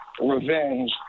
revenge